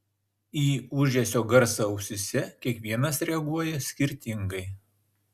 į ūžesio garsą ausyse kiekvienas reaguoja skirtingai